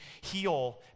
heal